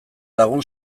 lagun